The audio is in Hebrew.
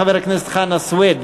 חבר הכנסת חנא סוייד,